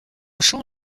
champ